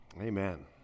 Amen